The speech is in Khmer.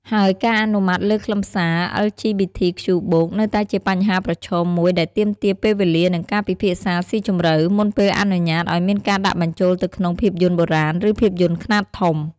ហើយការអនុម័តលើខ្លឹមសារ អិល ជី ប៊ី ធី ខ្ជូ បូក (LGBTQ+) នៅតែជាបញ្ហាប្រឈមមួយដែលទាមទារពេលវេលា និងការពិភាក្សាស៊ីជម្រៅ មុនពេលអនុញ្ញាតឲ្យមានការដាក់បញ្ចូលទៅក្នុងភាពយន្ដបុរាណ ឬភាពយន្ដខ្នាតធំ។